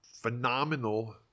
Phenomenal